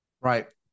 Right